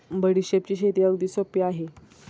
बडीशेपची शेती अगदी सोपी आहे